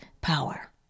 power